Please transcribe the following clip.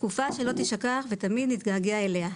תקופה שלא תישכח ותמיד נתגעגע אליה.